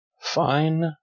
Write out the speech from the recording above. Fine